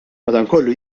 madankollu